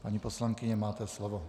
Paní poslankyně, máte slovo.